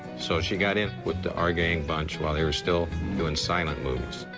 so she got in with the our gang bunch while they were still doing silent movies.